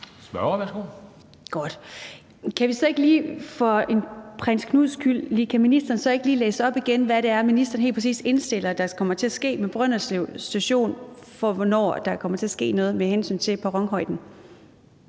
en prins Knuds skyld læse op igen, hvad det er, ministeren helt præcis indstiller at der kommer til at ske med Brønderslev Station, og hvornår der kommer til at ske noget med hensyn til perronhøjden?